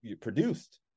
produced